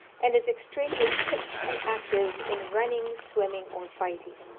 and is extremely quick and active in running, swimming, or fighting.